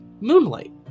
moonlight